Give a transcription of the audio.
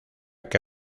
que